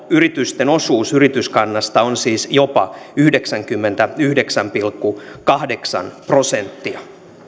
yritysten osuus yrityskannasta on siis jopa yhdeksänkymmentäyhdeksän pilkku kahdeksan prosenttia